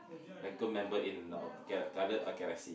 like a member in Guardian of Galaxy